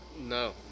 No